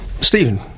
Stephen